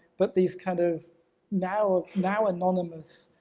but these kind of now now anonymous,